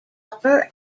upper